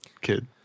kid